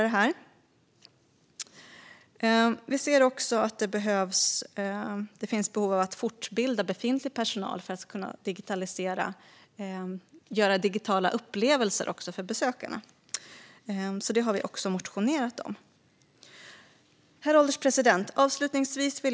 Det finns också behov av att fortbilda befintlig personal i digitalisering, exempelvis i att göra digitaliserade upplevelser för besökarna. Detta har Vänsterpartiet motionerat om. Herr ålderspresident!